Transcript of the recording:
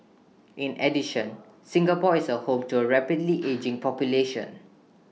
in addition Singapore is home to A rapidly ageing population